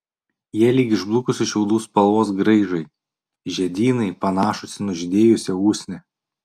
jie lyg išblukusių šiaudų spalvos graižai žiedynai panašūs į nužydėjusią usnį